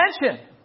attention